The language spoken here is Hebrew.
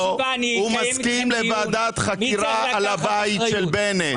הוא מסכים לוועדת חקירה על הבית של בנט.